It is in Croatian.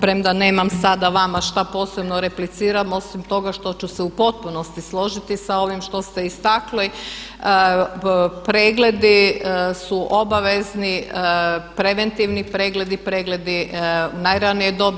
Premda nemam sada vama što posebno replicirati osim toga što ću se u potpunosti složiti sa ovim što ste istakli, pregledi su obavezni, preventivni pregledi, pregledi najranije dobi.